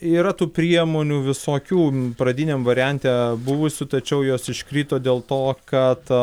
yra tų priemonių visokių pradiniam variante buvusių tačiau jos iškrito dėl to kad